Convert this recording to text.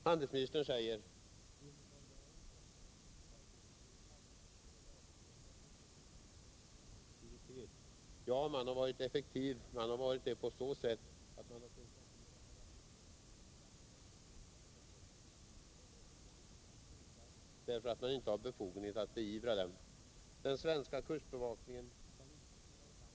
Handelsministern säger: ”Enligt vad jag har inhämtat har kustbevakningen bedrivit havsövervak ningen i den svenska fiskezonen med stor effektivitet.” Ja, man har varit effektiv, och man har varit det på så sätt att man konstaterat och rapporterat ett stort antal överträdelser. Men överträdelserna ökar därför att man inte har befogenhet att beivra dem. Den svenska kustbevakningen kan inte föra i land en båt som förbrutit sig i svensk fiskezon.